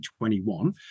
2021